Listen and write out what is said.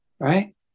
Right